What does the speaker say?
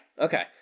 Okay